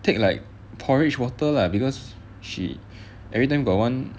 take like porridge water lah because she everytime got one